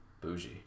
bougie